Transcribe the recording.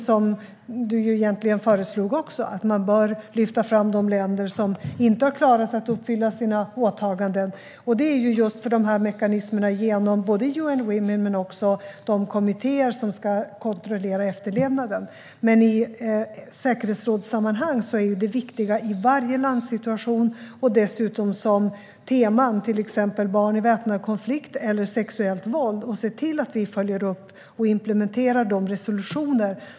Det föreslog egentligen Amineh också; det handlar om att lyfta fram de länder som inte har klarat att uppfylla sina åtaganden. Det gäller just dessa mekanismer, både UN Women och de kommittéer som ska kontrollera efterlevnaden, men i säkerhetsrådssammanhang är det viktiga att ta upp detta i varje landsituation och dessutom ha teman - till exempel barn i väpnad konflikt eller sexuellt våld - samt se till att vi följer upp och implementerar resolutionerna.